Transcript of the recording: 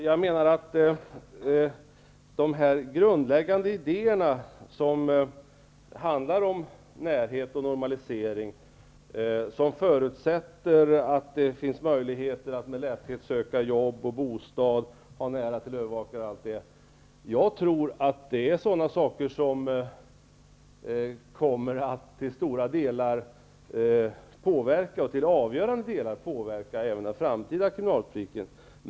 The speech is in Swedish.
Jag menar att de grundläggande idéerna om närhet och normalisering som förutsätter att det finns möjlighet att med lätthet söka jobb och bostad och ha nära till en övervakare, kommer att till stora och avgörande delar påverka även den framtida kriminalpolitiken.